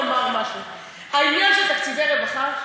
העניין של תקציבי רווחה,